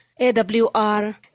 AWR